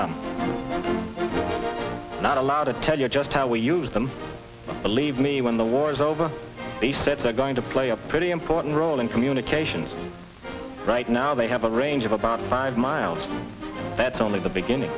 are not allowed to tell you just how we use them believe me when the war is over they said they're going to play a pretty important role in communications right now they have a range of about five miles that's only the beginning